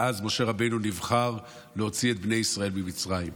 ואז משה רבנו נבחר להוציא את בני ישראל ממצרים.